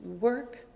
Work